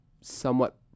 somewhat